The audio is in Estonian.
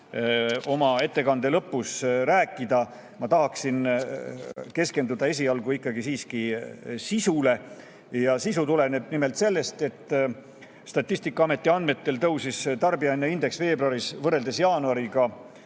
oma ettekande lõpus rääkida. Ma tahaksin keskenduda esialgu siiski sisule. Ja sisu tuleneb nimelt sellest, et Statistikaameti andmetel tõusis tarbijahinnaindeks veebruaris võrreldes jaanuariga